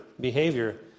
behavior